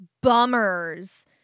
bummers